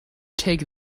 take